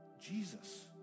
Jesus